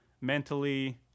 mentally